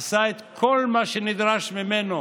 עשה את כל מה שנדרש ממנו,